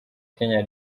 kenya